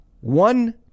one